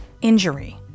injury